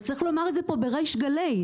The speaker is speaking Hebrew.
וצריך לומר את זה בריש גלי,